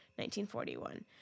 1941